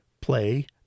Play